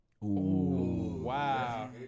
Wow